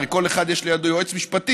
הרי ליד כל אחד יש יועץ משפטי,